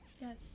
Yes